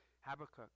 Habakkuk